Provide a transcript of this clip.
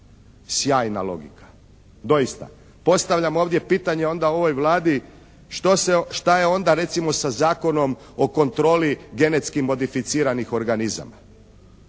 Sjajna logika. Doista. Postavljam ovdje pitanje onda ovoj Vladi što se, šta je onda recimo sa Zakonom o kontroli genetski modificiranih organizama?